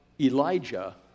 Elijah